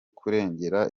kurengera